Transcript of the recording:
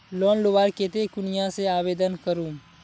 Loan लुबार केते कुनियाँ से आवेदन करूम?